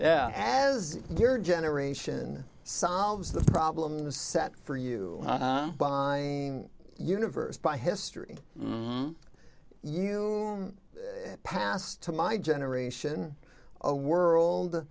yeah as your generation solves the problem is set for you buying universe by history you passed to my generation a world